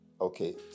Okay